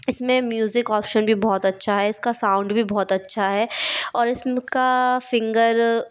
इस में music option भी बहुत अच्छा है इसका साउन्ड भी बहुत अच्छा है और इस का फिंगर